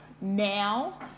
now